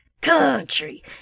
country